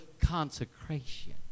consecration